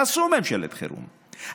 תעשו ממשלת חירום,